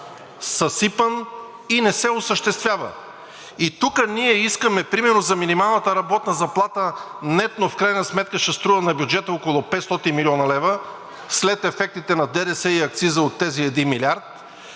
съсипан и не се осъществява. И тук ние искаме примерно за минималната работна заплата, нетно в крайна сметка ще струва на бюджета около 500 млн. лв. след ефектите на ДДС и акциза от тези 1 милиард,